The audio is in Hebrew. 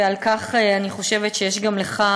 ועל כך אני חושבת שיש גם לך,